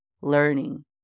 learning